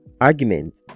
argument